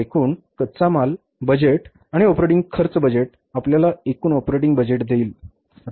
तर एकूण कच्चा माल बजेट आणि ऑपरेटिंग खर्च बजेट आपल्याला एकूण ऑपरेटिंग बजेट देईल